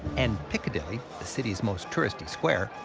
and piccadilly, the city's most touristy square,